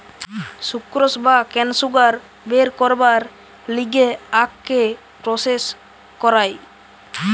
sucrose বা কেন sugar বের করবার লিগে আখকে প্রসেস করায়